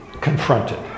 confronted